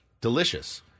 Delicious